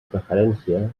preferència